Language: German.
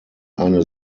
eine